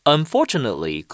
Unfortunately